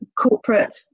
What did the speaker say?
corporate